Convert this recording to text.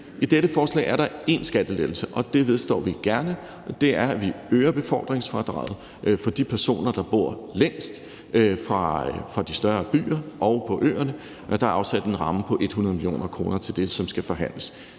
I dette forslag er der én skattelettelse, og det vedstår vi gerne. Det er, at vi øger befordringsfradraget for de personer, der bor længst væk fra de større byer og på øerne. Der er afsat en ramme på 100 mio. kr. til det, som skal forhandles.